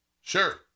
sure